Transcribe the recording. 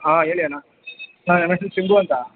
ಹಾಂ ಹೇಳಿ ಅಣ್ಣ ಹಾಂ ನನ್ನ ಹೆಸರು ಚಂದು ಅಂತ